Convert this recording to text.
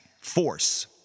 force